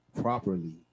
properly